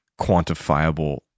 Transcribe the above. quantifiable